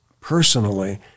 personally